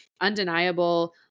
undeniable